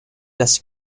less